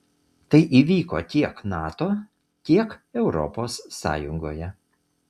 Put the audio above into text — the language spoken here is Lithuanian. tai įvyko tiek nato tiek europos sąjungoje